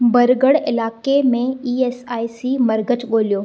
बरगढ़ इलाक़े में ईएसआइसी मर्कज़ु ॻोल्हियो